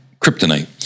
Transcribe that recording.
kryptonite